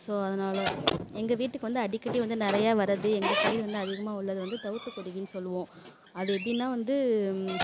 so அதனால எங்கள் வீட்டுக்கு வந்து அடிக்கடி வந்து நிறையா வர்றது எங்கள் சைடு வந்து அதிகமாக உள்ளது வந்து தவிட்டுக் குருவின்னு சொல்லுவோம் அது எப்படின்னா வந்து